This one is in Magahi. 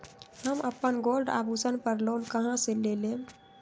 हम अपन गोल्ड आभूषण पर लोन कहां से लेम?